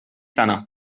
sena